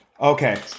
okay